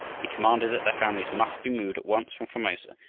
he commanded that their families must be moved at once from formosa,